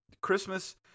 Christmas